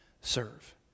serve